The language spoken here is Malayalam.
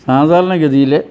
സാധാരണഗതിയിലെ